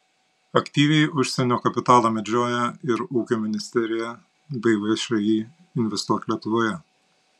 aktyviai užsienio kapitalą medžioja ir ūkio ministerija bei všį investuok lietuvoje